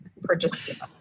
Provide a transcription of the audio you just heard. purchased